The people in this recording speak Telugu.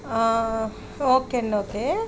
ఓకే అండి ఓకే